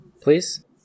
please